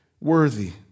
worthy